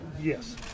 Yes